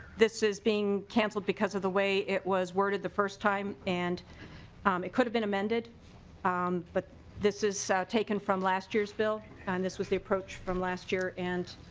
this is being canceled because of the way it was worded the first time and it could've been amended um but this is so taken from last year's bill. and this was the approach from last year and